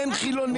אין חילונים.